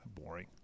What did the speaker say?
boring